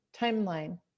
timeline